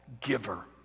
giver